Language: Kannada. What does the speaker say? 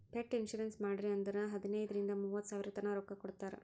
ಪೆಟ್ ಇನ್ಸೂರೆನ್ಸ್ ಮಾಡ್ರಿ ಅಂದುರ್ ಹದನೈದ್ ರಿಂದ ಮೂವತ್ತ ಸಾವಿರತನಾ ರೊಕ್ಕಾ ಕೊಡ್ತಾರ್